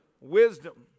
Wisdom